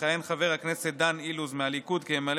יכהן חבר הכנסת דן אילוז מהליכוד כממלא